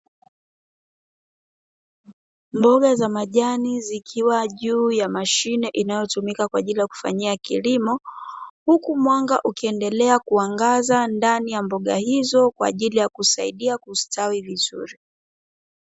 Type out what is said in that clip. Mboga za majani zikiwa juu ya mashine inayotumika kwa ajili ya kufanyiwa kilimo, huku mwanga ukiendelea kuangaza ndani ya mboga hizo kwa ajili ya kusaidia kustawi vizuri.